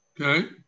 Okay